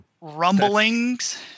rumblings